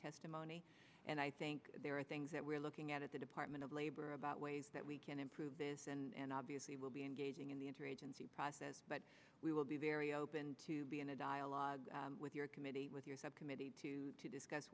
testimony and i think there are things that we're looking at the department of labor about ways that we can improve this and obviously will be engaging in the interagency process but we will be very open to be in a dialogue with your committee with your subcommittee to discuss